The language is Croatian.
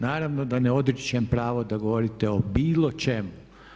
Naravno da ne odričem pravo da govorite o bilo čemu.